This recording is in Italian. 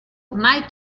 mai